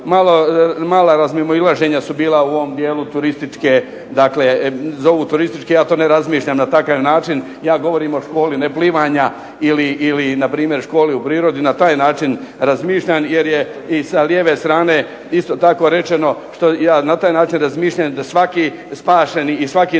Mala razmimoilaženja su bila u ovom dijelu turističke zovu turističke ja to ne razmišljam na takav način. Ja govorim o školi neplivanja ili o školi u prirodi na taj način razmišljam. Jer je i sa lijeve strane rečeno što ja na taj način razmišljam, što svaki spašeni i svako naučeno